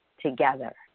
together